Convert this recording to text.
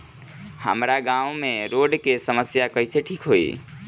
हमारा गाँव मे रोड के समस्या कइसे ठीक होई?